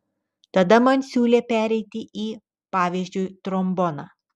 tada man siūlė pereiti į pavyzdžiui tromboną